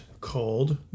called